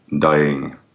Dying